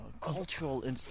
cultural